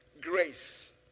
Grace